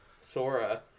Sora